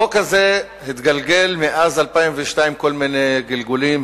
החוק הזה התגלגל מאז 2002 כל מיני גלגולים.